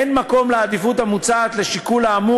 אין מקום לעדיפות המוצעת לשיקול האמור